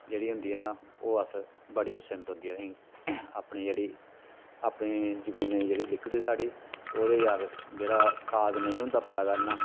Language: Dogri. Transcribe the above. जेह्ड़ी होंदी ऐ न ओह् अस बड़ी पसंद औंदी असेंगी अपनी जेह्ड़ी अपनी जमीनै दी जेह्ड़ी निकलदी साढ़ी ते ओह्दे च अस जेह्ड़ा खाद नेईं होंदा पाए दा इन्ना